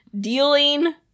dealing